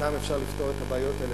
אתן אפשר לפתור את הבעיות האלה,